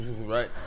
right